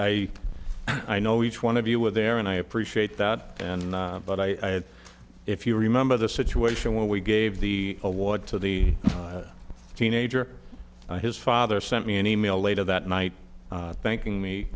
i i know each one of you were there and i appreciate that and but i if you remember the situation when we gave the award to the teenager his father sent me an e mail later that night thanking me